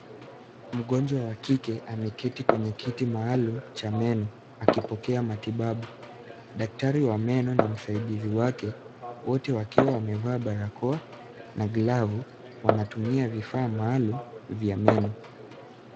Mgonjwa wa kike ameketi kwenye kiti maalum cha meno akipokea matibabu. Daktari wa meno na msaidizi wake wote wakiwa wamevaa barakoa na glavu wanatumia vifaa maalum vya meno.